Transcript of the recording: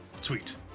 Sweet